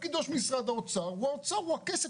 תפקידו של משרד האוצר הוא הכסף,